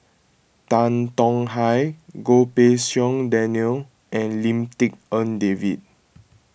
Tan Tong Hye Goh Pei Siong Daniel and Lim Tik En David